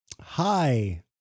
Hi